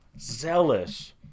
zealous